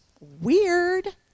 weird